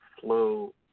flow